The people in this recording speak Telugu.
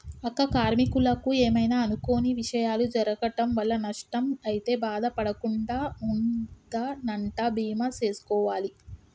అక్క కార్మీకులకు ఏమైనా అనుకొని విషయాలు జరగటం వల్ల నష్టం అయితే బాధ పడకుండా ఉందనంటా బీమా సేసుకోవాలి